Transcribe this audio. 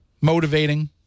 motivating